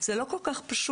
זה לא כל כך פשוט.